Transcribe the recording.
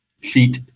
sheet